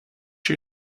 you